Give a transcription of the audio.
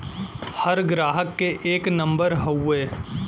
हर ग्राहक के एक नम्बर हउवे